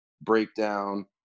breakdown